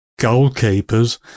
goalkeepers